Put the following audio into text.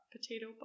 potato